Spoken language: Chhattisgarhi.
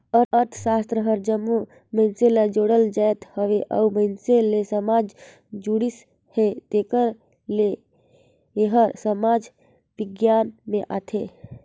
अर्थसास्त्र हर जम्मो मइनसे ले जुड़ल जाएत हवे अउ मइनसे ले समाज जुड़िस हे तेकर ले एहर समाज बिग्यान में आथे